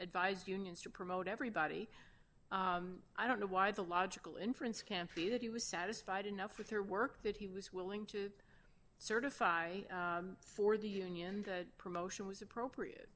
advised unions to promote everybody i don't know why the logical inference can't be that he was satisfied enough with their work that he was willing to certify for the union that promotion was appropriate